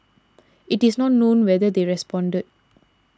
it is not known whether they responded